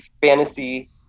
fantasy